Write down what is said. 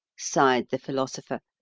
sighed the philosopher,